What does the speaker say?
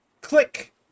click